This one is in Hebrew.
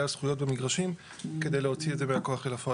הזכויות במגרשים כדי להוציא את זה מהכוח אל הפועל.